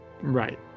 Right